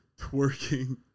twerking